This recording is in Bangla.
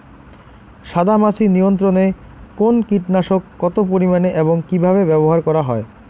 সাদামাছি নিয়ন্ত্রণে কোন কীটনাশক কত পরিমাণে এবং কীভাবে ব্যবহার করা হয়?